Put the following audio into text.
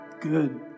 Good